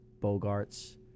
Bogarts